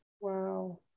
Wow